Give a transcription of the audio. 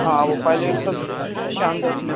ہاں وہ پائلٹ سب سے شاندار